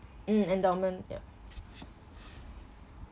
mm endowment yup